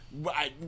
right